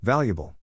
Valuable